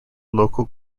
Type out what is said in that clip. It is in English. local